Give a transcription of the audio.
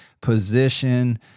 position